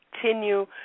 continue